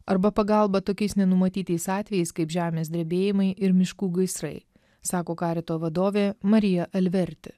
arba pagalba tokiais nenumatytais atvejais kaip žemės drebėjimai ir miškų gaisrai sako karito vadovė marija alverti